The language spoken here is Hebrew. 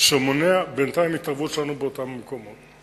שמונע בינתיים התערבות שלנו באותם מקומות.